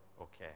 okay